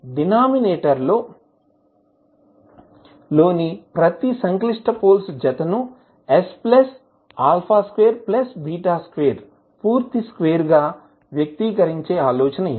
denominator లోని ప్రతి సంక్లిష్టపోల్స్ జతను s α2 β2 పూర్తి స్క్వేర్ గా వ్యక్తీకరించే ఆలోచన ఇది